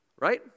right